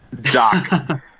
Doc